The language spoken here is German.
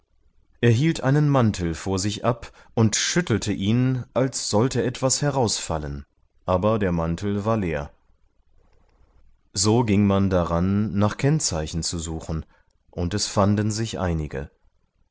hielt einen mantel von sich ab und schüttelte ihn als sollte etwas herausfallen aber der mantel war leer so ging man daran nach kennzeichen zu suchen und es fanden sich einige